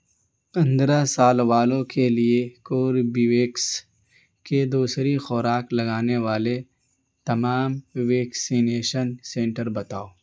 پندرہ سال والوں کے لیے کوربیویکس کے دوسری خوراک لگانے والے تمام ویکسینیشن سنٹر بتاؤ